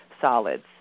solids